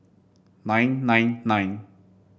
nine nine nine